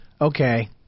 okay